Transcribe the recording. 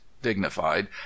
Dignified